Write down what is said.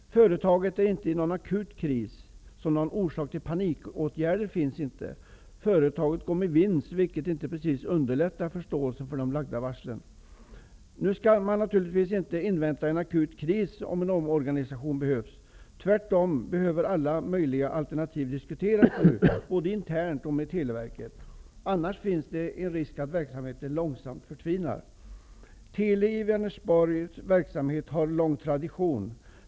Företaget är inte i någon akut kris, så någon orsak till panikåtgärder finns inte. Företaget går med vinst, vilket inte precis underlättar förståelsen för de lagda varslen. Nu skall man naturligtvis inte invänta en akut kris, om en omorganisation behövs. Tvärtom behöver alla möjliga alternativ diskuteras både internt och med Televerket. Annars finns det en risk för att verksamheten långsamt förtvinar. Telis i Vänersborg verksamhet har en lång tradition.